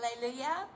Hallelujah